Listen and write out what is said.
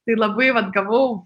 tai labai vat gavau